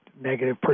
negative